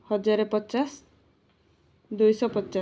ହଜାରେ ପଚାଶ ଦୁଇଶହ ପଚାଶ